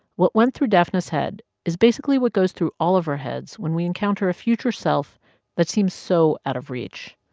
what went through daphna's head is basically what goes through all of our heads when we encounter a future self that seems so out of reach.